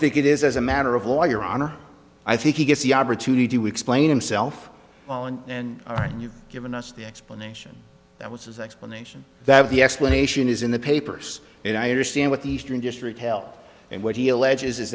think it is as a matter of why your honor i think he gets the opportunity do explain himself and all right and you've given us the explanation that was his explanation that the explanation is in the papers and i understand what the eastern district help and what